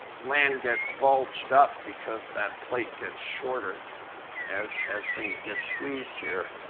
land gets bulged up because that plate gets shorter as as things get squeezed here.